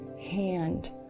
hand